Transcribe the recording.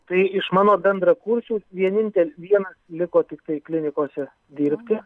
tai iš mano bendrakursių vienintel vienas liko tiktai klinikose dirbti